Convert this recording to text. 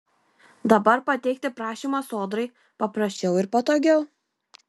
dabar pateikti prašymą sodrai paprasčiau ir patogiau